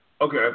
Okay